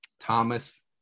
Thomas